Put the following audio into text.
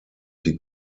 die